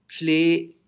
play